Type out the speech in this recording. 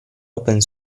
open